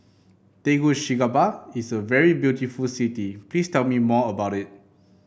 Tegucigalpa is a very beautiful city please tell me more about it